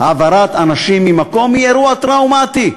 העברת אנשים ממקום היא אירוע טראומטי.